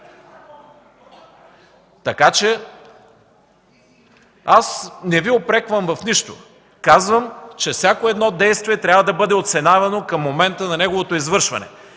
ГЕРБ.) Аз не Ви упреквам в нищо. Казвам, че всяко едно действие трябва да бъде оценявано към момента на неговото извършване.